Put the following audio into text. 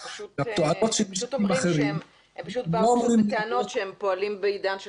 הם באו בטענות ואמרו שהם פועלים בעידן של